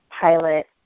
pilot